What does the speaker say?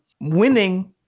winning